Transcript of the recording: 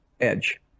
edge